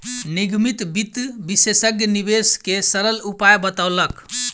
निगमित वित्त विशेषज्ञ निवेश के सरल उपाय बतौलक